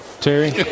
Terry